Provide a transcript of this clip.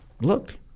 look